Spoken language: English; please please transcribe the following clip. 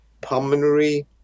pulmonary